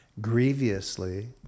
grievously